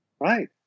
Right